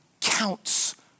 counts